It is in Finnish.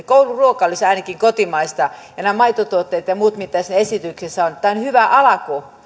kouluruoka olisi ainakin kotimaista ja nämä maitotuotteet ja muut mitä siinä esityksessä on tämä on hyvä alku